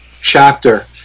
chapter